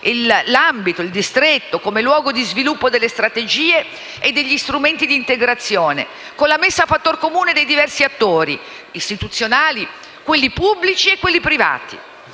il distretto/ambito come luogo di sviluppo delle strategie e degli strumenti di integrazione, con la messa a fattor comune dei diversi attori istituzionali, pubblici e privati.